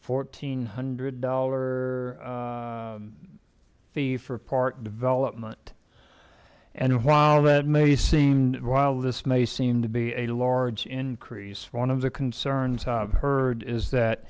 fourteen hundred dollar fee for part development and while that may seem while this may seem to be a large increase one of the concerns heard is that